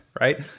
right